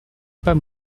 pas